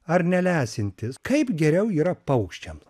ar neleisianti kaip geriau yra paukščiam